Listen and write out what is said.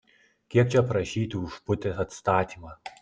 kiek čia prašyti už putės atstatymą